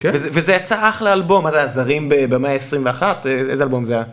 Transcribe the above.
וזה יצא אחלה אלבום הזה הזרים במאה ה-21, איזה אלבום זה היה?